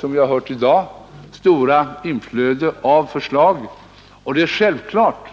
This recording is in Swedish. Som vi har hört i dag har det varit ett stort inflöde av förslag. Det är självklart